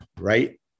right